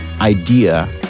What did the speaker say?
idea